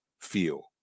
feel